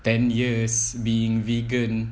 ten years being vegan